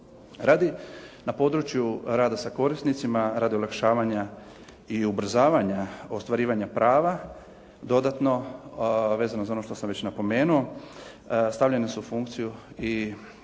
Radi na području rada sa korisnicima, radi olakšavanja i ubrzavanja ostvarivanja prava dodatno, vezano za ono što sam već napomenuo, stavljene su u funkciju